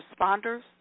responders